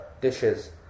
dishes